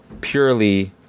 purely